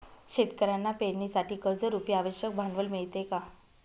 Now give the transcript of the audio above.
शेतकऱ्यांना पेरणीसाठी कर्जरुपी आवश्यक भांडवल मिळते का?